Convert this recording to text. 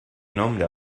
nombre